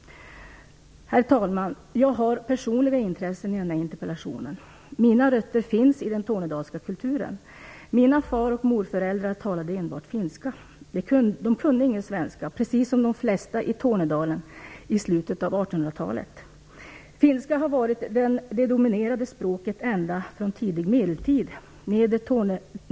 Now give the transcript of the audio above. Herr talman! Jag har personliga intressen i den här interpellationen. Mina rötter finns i den tornedalska kulturen. Mina far och morföräldrar talade enbart finska. De kunde ingen svenska, precis som de flesta i Tornedalen i slutet av 1800-talet. Finska har varit det dominerande språket ända sedan tidig medeltid.